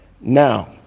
Now